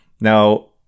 Now